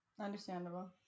Understandable